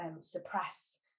suppress